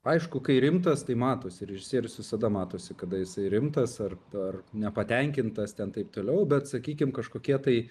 aišku kai rimtas tai matosi režisierius visada matosi kada jisai rimtas ar ar nepatenkintas ten taip toliau bet sakykim kažkokie tai